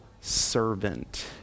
servant